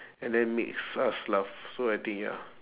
and that makes us laugh so I think ya